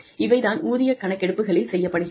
இவை தான் ஊதிய கணக்கெடுப்புகளில் செய்யப்படுகிறது